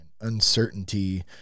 uncertainty